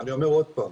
אני אומר עוד פעם,